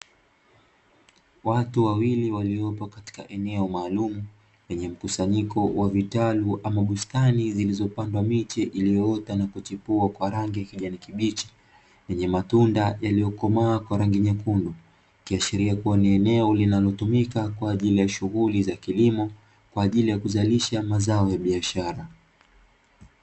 Watu wawili waliopo katika eneo maalum lenye mkusanyiko wa vitalu ama bustani zilizopandwa miche iliyoota na kuchipua kwa rangi ya kijani kibichi, yenye matunda yaliyokomaa kwa rangi nyekundu ikiashiria kuwa ni eneo linalotumika kwa ajili ya shughuli za kilimo, kwa ajili ya kuzalisha mazao ya biashara.